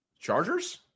Chargers